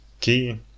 key